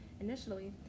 Initially